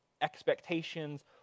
expectations